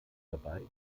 dabei